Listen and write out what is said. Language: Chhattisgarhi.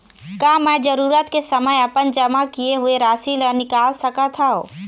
का मैं जरूरत के समय अपन जमा किए हुए राशि ला निकाल सकत हव?